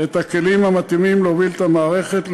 את הכלים המתאימים להוביל את המערכת,